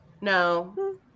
no